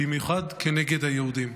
במיוחד נגד היהודים.